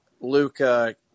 Luca